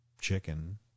chicken